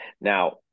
Now